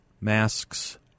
masks